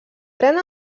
pren